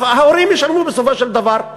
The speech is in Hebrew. ההורים משלמים בסופו של דבר.